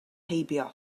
heibio